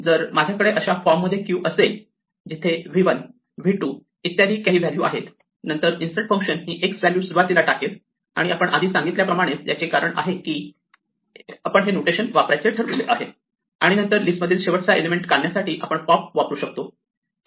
जर माझ्याकडे अशा फॉर्म मध्ये क्यू असेल जिथे v1 v2 इत्यादी काही व्हॅल्यू आहेत नंतर इन्सर्ट फंक्शन ही x व्हॅल्यू सुरुवातीला टाकेल आणि आपण आधी सांगितल्याप्रमाणे याचे कारण असे आहे की आपण हे नोटेशन वापरायचे ठरवले आहे आणि नंतर लिस्टमधील शेवटचा एलिमेंट काढण्यासाठी साठी आपण पॉप वापरू शकतो